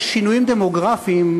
יש שינויים דמוגרפיים,